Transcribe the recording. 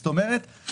זאת אומרת,